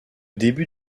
début